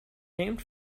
named